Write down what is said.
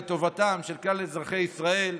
לטובת כלל אזרחי ישראל,